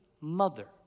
mother